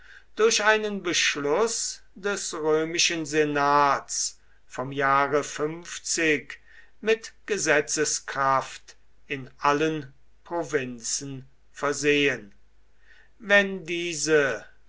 durch einen beschluß des römischen senats vom jahre mit gesetzeskraft in allen provinzen versehen wenn diese